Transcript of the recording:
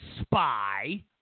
spy